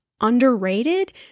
underrated